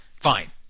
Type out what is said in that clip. fine